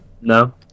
no